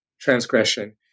transgression